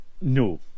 No